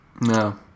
No